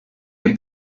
che